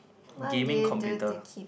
gaming computer